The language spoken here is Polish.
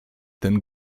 ten